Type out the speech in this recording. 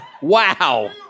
Wow